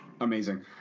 Amazing